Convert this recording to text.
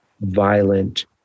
violent